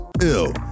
ill